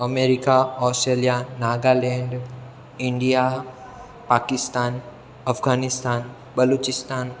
America Australia Nagaland India Pakistan Afghanistan Balochistan